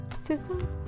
system